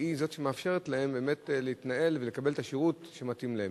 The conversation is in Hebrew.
והיא זאת שמאפשרת להם באמת להתנהל ולקבל את השירות שמתאים להם.